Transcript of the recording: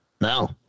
No